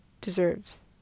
deserves